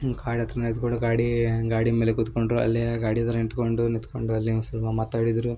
ಕಾಡ ಹತ್ರ ನಿಂತುಕೊಂಡು ಗಾಡಿ ಗಾಡಿ ಮೇಲೆ ಕುತ್ಕೊಂಡರು ಅಲ್ಲೇ ಗಾಡಿ ಹತ್ರ ನಿಂತುಕೊಂಡು ನಿಂತುಕೊಂಡು ಅಲ್ಲಿಯೂ ಸ್ವಲ್ಪ ಮಾತಾಡಿದರು